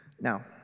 Now